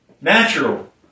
Natural